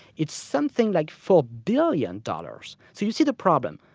it's something like four billion dollars. so you see the problem.